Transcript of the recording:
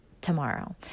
tomorrow